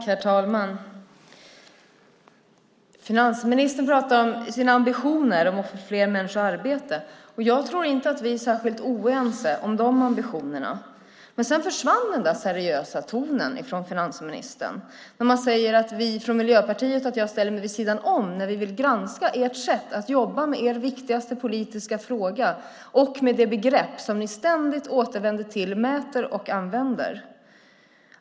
Herr talman! Finansministern pratar om sina ambitioner att få fler människor i arbete. Jag tror inte att vi är särskilt oense om de ambitionerna. Sedan försvann den seriösa tonen från finansministern när han säger att jag ställer mig vid sidan om när vi vill granska ert sätt att jobba med er viktigaste politiska fråga och med det begrepp som ni ständigt återvänder till, mäter och använder.